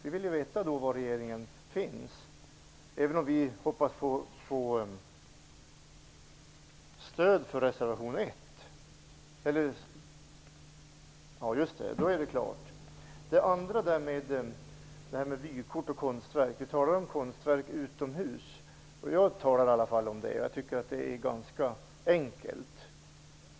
Vi vill veta var regeringen står, även om vi hoppas på stöd för reservation 1. När det gäller vykort med avbildningar av konstverk talar i varje fall jag om verk som är placerade utomhus, och jag tycker att denna fråga är ganska enkel.